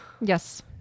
Yes